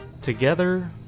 Together